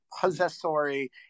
possessory